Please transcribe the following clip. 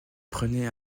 prenait